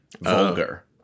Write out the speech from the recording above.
vulgar